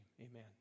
Amen